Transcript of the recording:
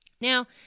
Now